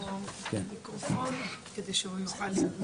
אז אנחנו מעודדים מאוד את התלמידים שלנו שאחרי זה יחזרו